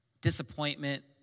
Disappointment